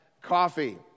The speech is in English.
coffee